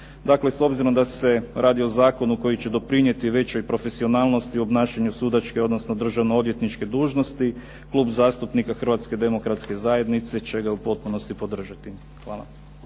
Dakle, s obzirom da se radi o zakonu koji će doprinijeti većoj profesionalnosti obnašanju sudačke, odnosno državno odvjetnike dužnosti, Klub zastupnika Hrvatske demokratske zajednice će ga i u potpunosti podržati. Hvala.